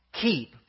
keep